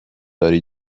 داری